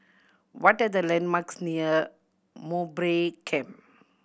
what are the landmarks near Mowbray Camp